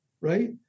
Right